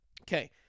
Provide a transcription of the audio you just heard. Okay